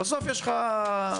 בסוף יש לך חיוויים.